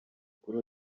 kuri